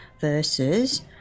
versus